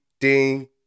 ding